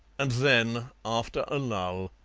and then, after a lull,